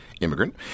Immigrant